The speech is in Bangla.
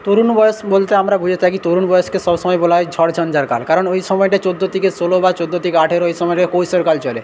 তরুণ বয়স বলতে আমরা বুঝে থাকি তরুণ বয়সকে সবসময় বলা হয় ঝড় ঝঞ্ঝার কাল কারণ ওই সময়টা চৌদ্দ থেকে ষোলো বা চৌদ্দ থেকে আঠারো এই সময়টায় কৈশোর কাল চলে